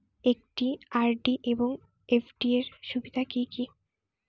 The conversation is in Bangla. একটি আর.ডি এবং এফ.ডি এর সুবিধা কি কি?